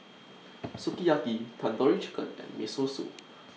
Sukiyaki Tandoori Chicken and Miso Soup